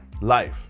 Life